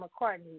McCartney